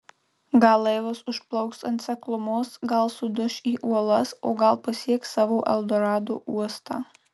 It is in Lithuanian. gal laivas užplauks ant seklumos gal suduš į uolas o gal pasieks savo eldorado uostą